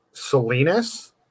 salinas